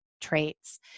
traits